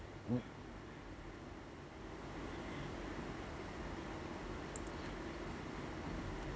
mm